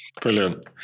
brilliant